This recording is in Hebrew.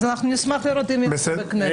אז אנחנו נשמח לראות את --- טוב,